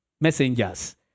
messengers